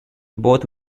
both